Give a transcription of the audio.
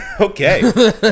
okay